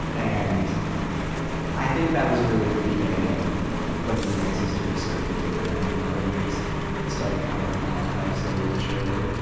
and i think that was really the beginning of when me and my sister just couldn't do it anymore and we started cutting off contact slowly but surely.